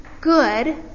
good